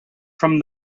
from